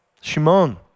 Shimon